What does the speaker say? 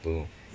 don't know